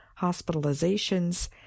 hospitalizations